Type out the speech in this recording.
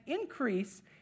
increase